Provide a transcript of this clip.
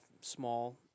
small